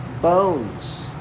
bones